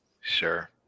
Sure